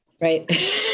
right